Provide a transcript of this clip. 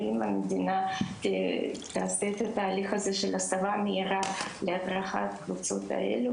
ואם המדינה תעשה את התהליך הזה של הסבה מהירה להדרכה של הקבוצות האלו,